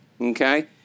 Okay